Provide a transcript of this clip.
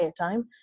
airtime